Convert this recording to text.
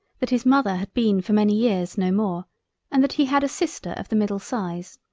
that his mother had been for many years no more and that he had a sister of the middle size.